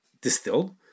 distilled